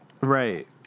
Right